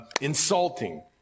insulting